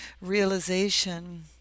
realization